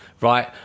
right